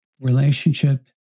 Relationship